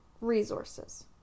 resources